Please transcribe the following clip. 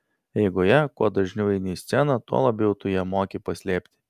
eigoje kuo dažniau eini į sceną tuo labiau tu ją moki paslėpti